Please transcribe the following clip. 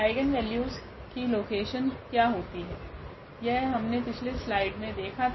eigenvalues की location क्या होती है यह हमने पिछली स्लाइड मे देखा था